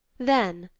then,